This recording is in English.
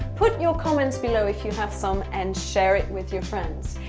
put your comments below if you have some, and share it with your friends.